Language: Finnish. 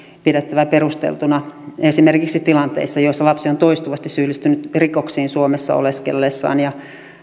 pidettävä perusteltuna esimerkiksi tilanteissa joissa lapsi on toistuvasti syyllistynyt rikoksiin suomessa oleskellessaan ja